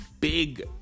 big